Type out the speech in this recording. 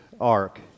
ark